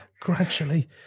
gradually